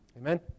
Amen